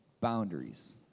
boundaries